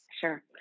Sure